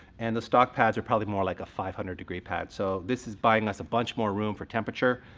and the stock pads are probably more like a five hundred degree pad. so, this is buying us a bunch more room for temperature.